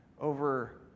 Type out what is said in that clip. over